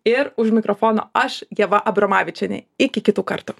ir už mikrofono aš ieva abromavičienė iki kitų kartų